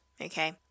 okay